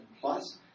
plus